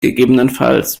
ggf